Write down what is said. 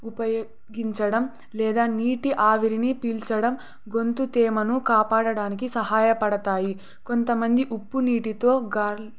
ఉపయోగించడం లేదా నీటి ఆవిరిని పీల్చడం గొంతు తేమను కాపాడడానికి సహాయపడుతాయి కొంతమంది ఉప్పు నీటితో గార్